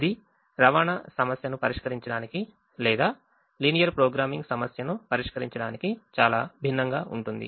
ఇది assignment problem ను పరిష్కరించడానికి లేదా లీనియర్ ప్రోగ్రామింగ్ సమస్యను పరిష్కరించడానికి చాలా భిన్నంగా ఉంటుంది